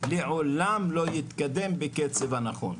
לעולם לא יתקדם בקצב הנכון.